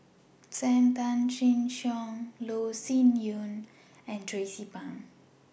SAM Tan Chin Siong Loh Sin Yun and Tracie Pang